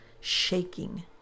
shaking